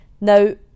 Now